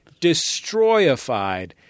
Destroyified